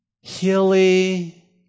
hilly